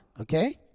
okay